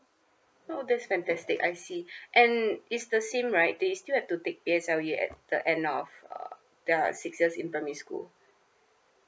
oh that's fantastic I see and it's the same right they still have to take P_S_L_E at the end of uh the six years in primary school